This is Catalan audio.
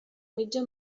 mitja